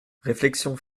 réflexion